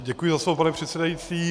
Děkuji za slovo, pane předsedající.